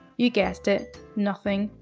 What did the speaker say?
you guessed it, nothing.